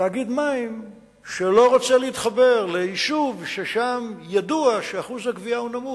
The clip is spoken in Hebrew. תאגיד מים שלא רוצה להתחבר ליישוב שידוע שאחוז הגבייה שם הוא נמוך,